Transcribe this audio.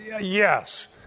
Yes